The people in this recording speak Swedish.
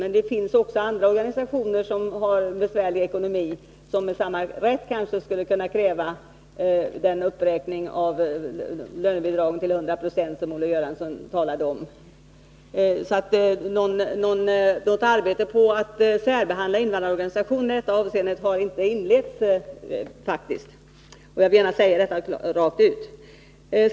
Men det finns också andra organisationer som har en besvärlig ekonomi och som med samma rätt skulle kunna kräva den uppräkning av lönebidragen till 100 96 som Olle Göransson talade om. Något arbete på att särbehandla invandrarorganisationerna i detta avseende har faktiskt inte inletts, det vill jag gärna säga rakt ut.